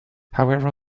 however